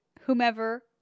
whomever